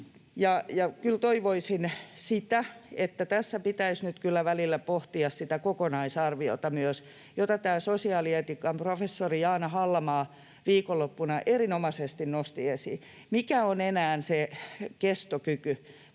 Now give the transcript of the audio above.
toivoisin sitä, että tässä pohdittaisiin nyt kyllä välillä myös sitä kokonaisarviota, jota tämä sosiaalietiikan professori Jaana Hallamaa viikonloppuna erinomaisesti nosti esiin: mikä on enää se kestokyky,